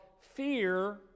fear